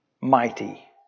Mighty